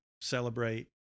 celebrate